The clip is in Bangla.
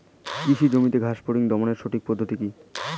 কৃষি জমিতে ঘাস ফরিঙ দমনের সঠিক পদ্ধতি কি?